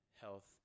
health